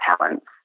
talents